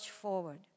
forward